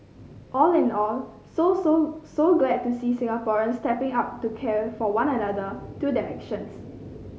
all in all so so so glad to see Singaporeans stepping up to care for one another through their actions